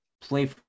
play